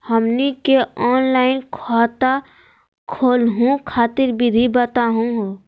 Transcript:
हमनी के ऑनलाइन खाता खोलहु खातिर विधि बताहु हो?